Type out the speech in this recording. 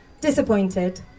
Disappointed